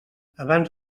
abans